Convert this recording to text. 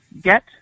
get